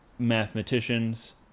mathematicians